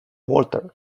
walter